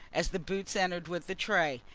as the boots entered with the tray.